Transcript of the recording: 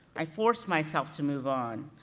i forced myself to move on,